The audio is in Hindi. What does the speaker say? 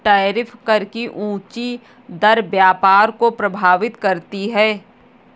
टैरिफ कर की ऊँची दर व्यापार को प्रभावित करती है